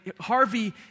Harvey